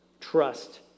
trust